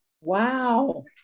Wow